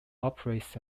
operates